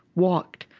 walked,